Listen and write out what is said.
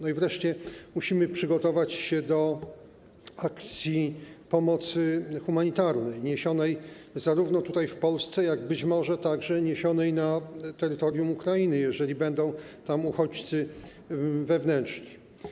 I wreszcie musimy przygotować się do akcji pomocy humanitarnej, zarówno niesionej tutaj, w Polsce, jak i być może także niesionej na terytorium Ukrainy, jeżeli będą tam uchodźcy wewnętrzni.